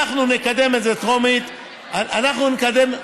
אנחנו נקדם את זה בטרומית, אתה יודע שאני,